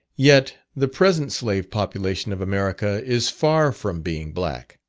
yet the present slave population of america is far from being black.